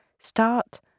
start